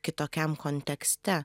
kitokiam kontekste